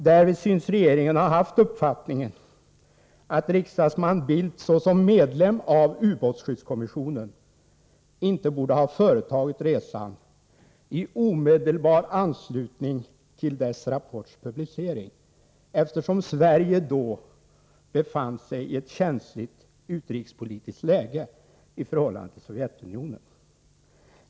Därvid synes regeringen ha haft uppfattningen att riksdagsman Bildt såsom medlem av ubåtsskyddskommissionen inte borde ha företagit resan i omedelbar anslutning till dess rapports publicering, eftersom Sverige då befann sig i ett känsligt utrikespolitiskt läge i förhållande till Sovjetunionen.